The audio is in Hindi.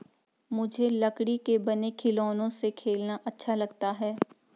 मुझे लकड़ी के बने खिलौनों से खेलना अच्छा लगता है